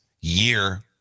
year